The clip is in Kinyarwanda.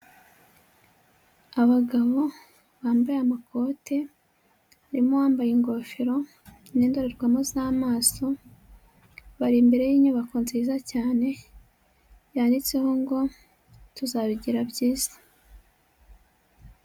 Abagabo bambaye amakote, harimo uwambaye ingofero n'indorerwamo z'amaso, bari imbere y'inyubako nziza cyane, yanditseho ngo tuzabigira byiza.